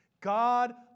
God